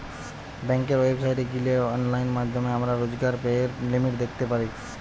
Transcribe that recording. বেংকের ওয়েবসাইটে গিলে অনলাইন মাধ্যমে আমরা রোজকার ব্যায়ের লিমিট দ্যাখতে পারি